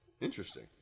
Interesting